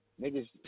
Niggas